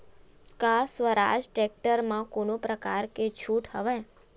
का स्वराज टेक्टर म कोनो प्रकार के छूट हवय?